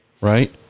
right